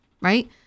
right